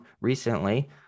recently